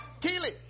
Keely